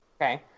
okay